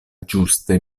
ĝuste